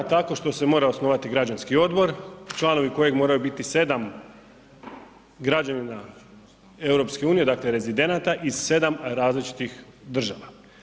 Tako što se mora osnovati građanski odbor, članovi kojeg moraju biti 7 građevina EU, dakle rezidenata i 7 različitih država.